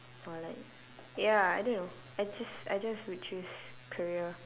or like ya I don't know I just I just would choose career